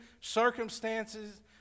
circumstances